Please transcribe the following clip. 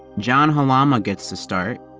john halama gets to start.